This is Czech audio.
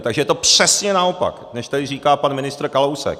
Takže je to přesně naopak, než tady říká pan ministr Kalousek.